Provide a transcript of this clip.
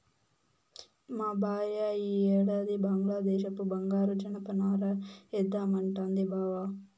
మా భార్య ఈ ఏడాది బంగ్లాదేశపు బంగారు జనపనార ఏద్దామంటాంది బావ